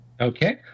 Okay